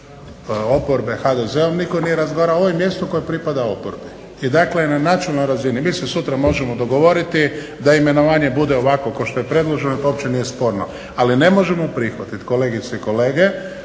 oporbe HDZ-om nitko nije razgovarao. Ovo je mjesto koje pripada oporbi i dakle na načelnoj razini, mi se sutra možemo dogovoriti da imenovanje bude ovakvo kao što je predloženo to uopće nije sporno ali ne možemo prihvatiti kolegice i kolege